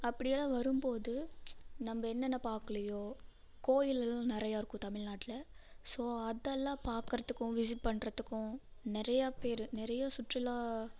அப்படியெல்லாம் வரும்போது நம்ப என்னென்ன பார்க்கலையோ கோயிலெல்லாம் நிறையா இருக்கும் தமிழ்நாட்டில் ஸோ அதெல்லாம் பார்க்கறதுக்கும் விசிட் பண்ணுறதுக்கும் நிறையா பேர் நிறைய சுற்றுலா